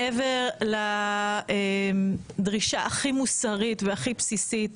מעבר לדרישה הכי מוסרית והכי בסיסית,